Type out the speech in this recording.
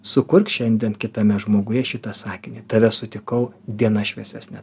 sukurk šiandien kitame žmoguje šitą sakinį tave sutikau diena šviesesnė